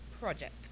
project